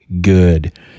good